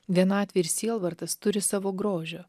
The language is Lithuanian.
vienatvė ir sielvartas turi savo grožio